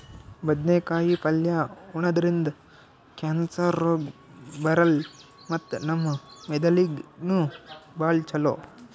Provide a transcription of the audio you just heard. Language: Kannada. ಬದ್ನೇಕಾಯಿ ಪಲ್ಯ ಉಣದ್ರಿಂದ್ ಕ್ಯಾನ್ಸರ್ ರೋಗ್ ಬರಲ್ಲ್ ಮತ್ತ್ ನಮ್ ಮೆದಳಿಗ್ ನೂ ಭಾಳ್ ಛಲೋ